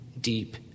deep